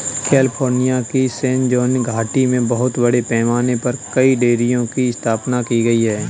California की San Joaquin घाटी में बहुत बड़े पैमाने पर कई डेयरियों की स्थापना की गई है